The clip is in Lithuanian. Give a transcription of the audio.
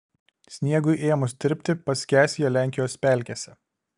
sniegui ėmus tirpti paskęs jie lenkijos pelkėse